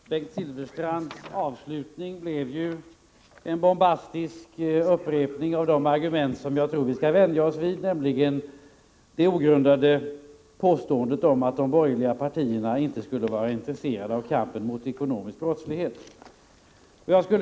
Fru talman! Bengt Silfverstrands avslutning blev en bombastisk upprepning av argument som jag tror vi skall vänja oss vid, nämligen att de borgerliga partierna inte skulle vara intresserade av kampen mot ekonomisk brottslighet, vilket är ett ogrundat påstående.